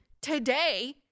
today